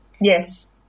Yes